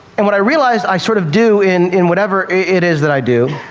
and what i realized i sort of do in in whatever it is that i do,